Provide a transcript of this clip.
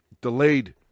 delayed